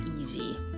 easy